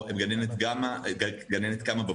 גננת קמה בבוקר,